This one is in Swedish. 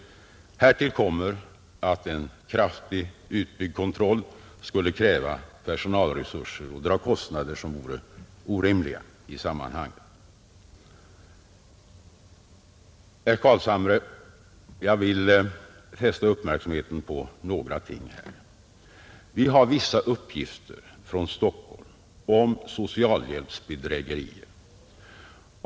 Härtill kommer att en kraftigt utbyggd kontroll skulle kräva personalresurser och dra kostnader som vore orimliga i sammanhanget. Jag vill, herr Carlshamre, fästa uppmärksamheten på några ting. Vi har vissa uppgifter från Stockholm om socialhjälpsbedrägerier.